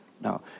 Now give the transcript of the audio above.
No